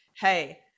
hey